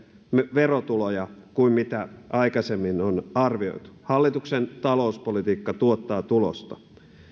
verotuloja miljardi enemmän kuin mitä aikaisemmin on arvioitu hallituksen talouspolitiikka tuottaa tulosta